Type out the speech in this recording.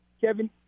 Kevin